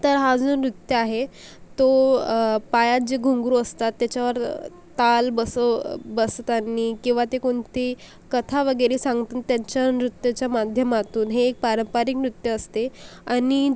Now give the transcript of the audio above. तर हा जो नृत्य आहे तो पायात जे घुंगरू असतात त्याच्यावर ताल बसव बसतानी किंवा ते कोणती कथा वगैरे सांग त्यांच्या नृत्याच्या माध्यमातून हे एक पारंपरिक नृत्य असते आणि